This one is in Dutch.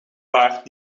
paard